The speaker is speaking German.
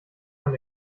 kann